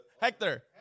Hector